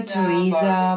Teresa